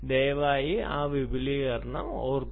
ദയവായി ആ വിപുലീകരണം നോക്കുക